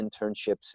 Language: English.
internships